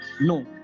no